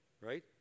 right